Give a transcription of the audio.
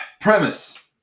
Premise